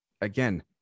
again